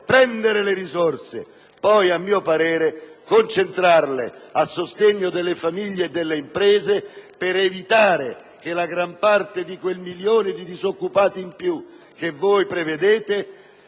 prendere le risorse per poi, a mio parere, concentrarle a sostegno delle famiglie e delle imprese per evitare che la gran parte di quel milione di disoccupati in più che voi prevedete